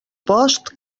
post